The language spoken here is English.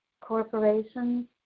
corporations